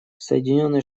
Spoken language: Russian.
соединенные